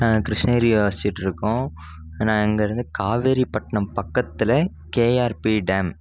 நாங்கள் கிருஷ்ணகிரியில வசிச்சுட்ருக்கோம் நாங்கள் அங்கேருந்து காவேரிப்பட்டினம் பக்கத்தில் கேஆர்பி டேம்